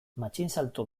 matxinsalto